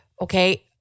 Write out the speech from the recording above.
okay